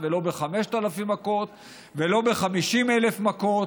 ולא ב-5,000 מכות ולא ב-50,000 מכות.